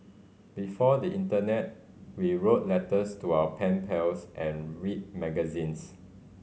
before the internet we wrote letters to our pen pals and read magazines